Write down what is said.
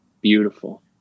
beautiful